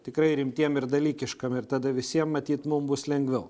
tikrai rimtiem ir dalykiškam ir tada visiem matyt mum bus lengviau